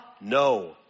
No